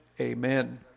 amen